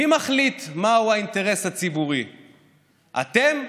מי מחליט מהו האינטרס הציבורי, אתם,